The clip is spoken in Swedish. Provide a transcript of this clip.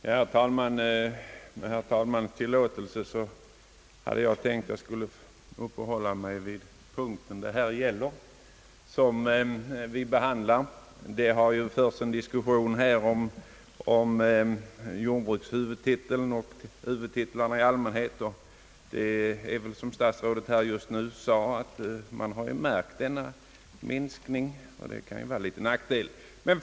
Herr talman! Med herr talmannens tillåtelse hade jag tänkt uppehålla mig vid den punkt vi nu behandlar. Det har här förts en diskussion om jordbrukshuvudtiteln och huvudtitlarna i allmänhet, och man har väl, som herr statsrådet just nu sade, märkt denna koncentration som kan innebära vissa nackdelar.